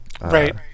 Right